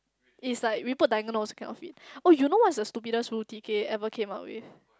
it's like you put also cannot fit oh you know what is the stupidest rule T_K ever came out with